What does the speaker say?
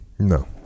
no